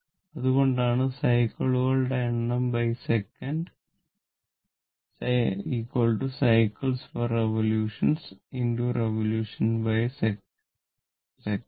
അതുകൊണ്ടാണ് സൈക്കിളുകളുടെ എണ്ണംസെക്കന്റ്cyclessec സൈക്കിൾസ്റിവൊല്യൂഷൻcyclesrevolutionറിവൊല്യൂഷൻസെക്കന്റ്revolutionsec